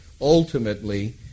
ultimately